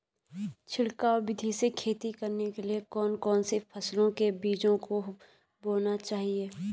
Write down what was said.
छिड़काव विधि से खेती करने के लिए कौन कौन सी फसलों के बीजों को बोना चाहिए?